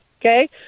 okay